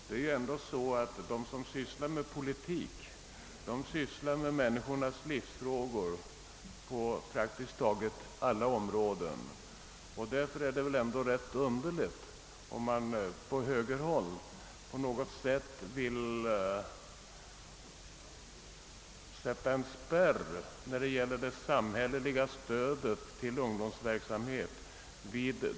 De som sysslar med politik sysslar ändå med människornas livsfrågor på praktiskt taget alla områden. Därför är det rätt underligt, om man på högerhåll vill sätta en spärr vid de politiska ungdomsförbunden när det gäller det samhälleliga stödet till ungdomsverksamhet.